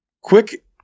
quick